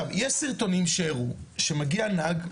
יש סרטונים שהראו שמגיע נהג,